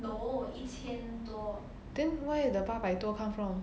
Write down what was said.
then where the 八百多 come from